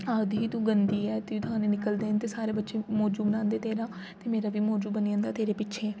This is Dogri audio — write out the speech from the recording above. आखदी ही तू गन्दी ऐ तुगी दाने निकलदे न ते सारे बच्चे मौजूू बनांदे तेरा ते मेरा बी मौजू बनी जन्दा तेरे पिच्छें